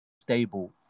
stable